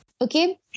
okay